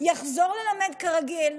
יחזור ללמד כרגיל,